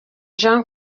jean